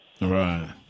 Right